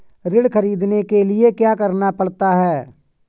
ऋण ख़रीदने के लिए क्या करना पड़ता है?